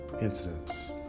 incidents